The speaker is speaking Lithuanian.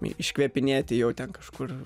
iškvėpinėti jau ten kažkur